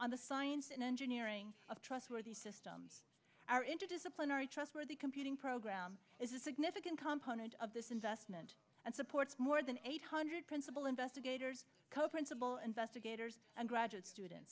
on the science and engineering of trustworthy systems are interdisciplinary trustworthy computing program is a significant component of this investment and supports more than eight hundred principal investigators co principal investigators and graduate student